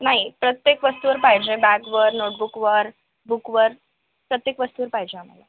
नाही प्रत्येक वस्तूवर पाहिजे बॅगवर नोटबुकवर बुकवर प्रत्येक वस्तूवर पाहिजे आम्हाला